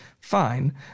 fine